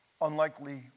Unlikely